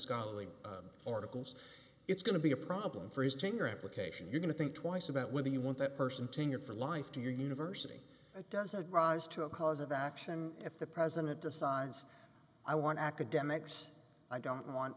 scholarly articles it's going to be a problem for his tenure application you're going to think twice about whether you want that person tenure for life to your university it doesn't rise to a cause of action if the president decides i want academics i don't want